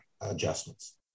adjustments